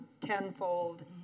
tenfold